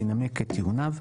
וינמק את טיעוניו,